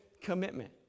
commitment